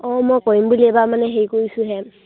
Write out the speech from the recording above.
অঁ মই কৰিম বুলি এইবাৰ মানে হে কৰিছোঁহে